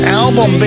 album